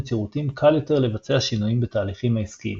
שירותים קל יותר לבצע שינויים בתהליכים העסקיים,